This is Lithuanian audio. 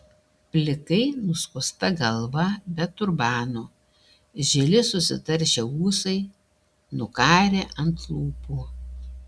plikai nuskusta galva be turbano žili susitaršę ūsai nukarę ant lūpų